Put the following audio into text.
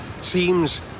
seems